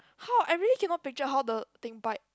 how I really cannot picture how the thing bite